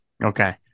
Okay